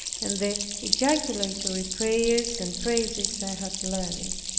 and the ejaculatory prayers and praises i had learned.